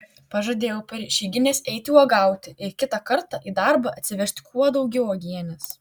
pažadėjau per išeigines eiti uogauti ir kitą kartą į darbą atsivežti kuo daugiau uogienės